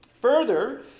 Further